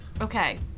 Okay